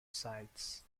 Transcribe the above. sides